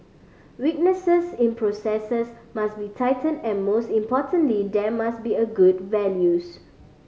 weaknesses in processes must be tightened and most importantly there must be a good values